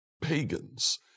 pagans